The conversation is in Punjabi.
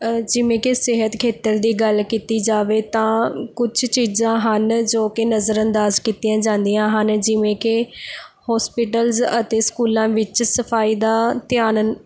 ਜਿਵੇਂ ਕਿ ਸਿਹਤ ਖੇਤਰ ਦੀ ਗੱਲ ਕੀਤੀ ਜਾਵੇ ਤਾਂ ਕੁਛ ਚੀਜ਼ਾਂ ਹਨ ਜੋ ਕਿ ਨਜ਼ਰ ਅੰਦਾਜ਼ ਕੀਤੀਆਂ ਜਾਂਦੀਆਂ ਹਨ ਜਿਵੇਂ ਕਿ ਹੋਸਪੀਟਲਸ ਅਤੇ ਸਕੂਲਾਂ ਵਿੱਚ ਸਫ਼ਾਈ ਦਾ ਧਿਆਨ